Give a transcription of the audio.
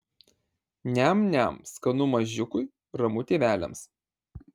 niam niam skanu mažiukui ramu tėveliams